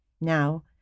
Now